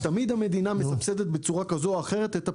תמיד המדינה מסבסדת בצורה כזו או אחרת את הפעילות,